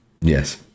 Yes